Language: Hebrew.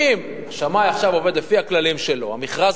עכשיו השמאי עובד לפי הכללים שלו: המכרז